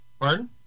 Pardon